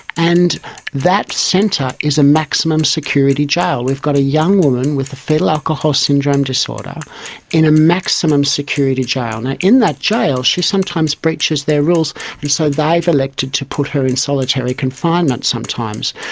and that centre is a maximum security jail. we've got a young woman with a foetal alcohol syndrome disorder in a maximum security jail. in that jail she sometimes breaches their rules and so they've elected to put her in solitary confinement sometimes.